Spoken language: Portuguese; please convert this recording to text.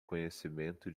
conhecimento